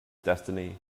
destiny